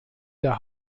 der